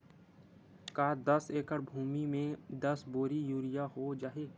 का दस एकड़ भुमि में दस बोरी यूरिया हो जाही?